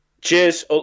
Cheers